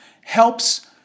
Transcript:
helps